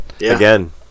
again